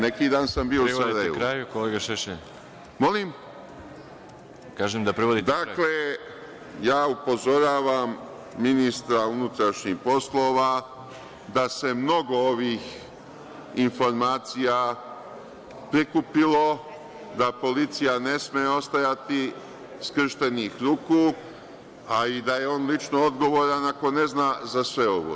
Neki dan sam bio u Sarajevu. (Predsedavajući: Privodite kraju, gospodine Šešelj.) Dakle, upozoravam ministra unutrašnjih poslova da se mnogo ovih informacija prikupilo, da policija ne sme ostajati skrštenih ruku, a i da je on lično odgovoran, ako ne zna, za sve ovo.